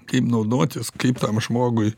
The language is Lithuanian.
kaip naudotis kaip tam žmogui